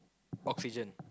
oxygen